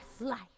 life